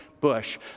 bush